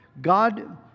God